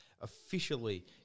officially